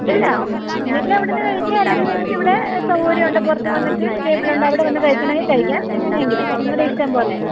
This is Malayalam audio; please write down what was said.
ഇല്ല ഒന്നില്ലെങ്കിൽ അവിടുന്ന് കഴിക്കാം അല്ലെങ്കിൽ നിങ്ങക്കിവിടെ സൗര്യവൊണ്ട് പുറത്ത് വന്നിട്ട് ടേബിൾ ഉണ്ട് അവിടെ വന്ന് കഴിക്കണമെങ്കിൽ കഴിക്കാം എങ്ങനെയെങ്കിലും നിങ്ങളുടെ ഇഷ്ടം പോലെ